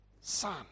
son